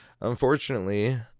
unfortunately